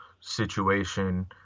situation